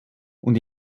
und